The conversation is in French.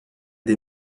des